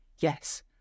Yes